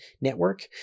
network